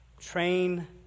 Train